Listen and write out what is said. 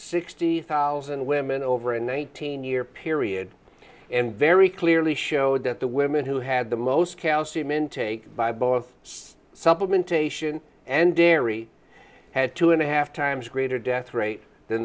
sixty thousand women over an eighteen year period and very clearly showed that the women who had the most calcium intake by both supplementation and dairy had two and a half times greater death rate than